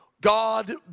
God